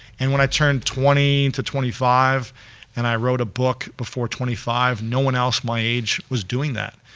and when i turn twenty to twenty five and i wrote a book before twenty five, no one else my age was doing that.